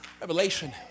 revelation